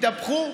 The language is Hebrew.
התהפכו.